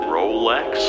Rolex